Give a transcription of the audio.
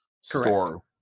score